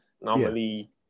normally